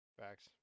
Facts